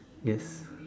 yes